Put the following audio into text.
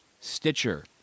Stitcher